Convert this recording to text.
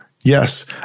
Yes